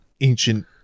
ancient